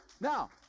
Now